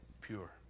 pure